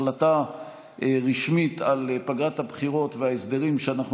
החלטה רשמית על פגרת הבחירות וההסדרים שאנחנו